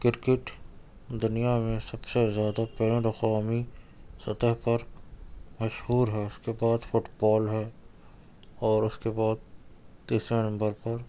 cricket دنیا میں سب سے زیادہ بین الاقوامی سطح پر مشہور ہے اس کے بعد فٹ بال ہے اور اس کے بعد تیسرے نمبر پر